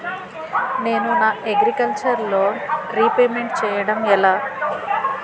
నేను నా agriculture loan repayment చేయడం ఎలా?